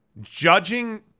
judging